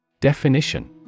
Definition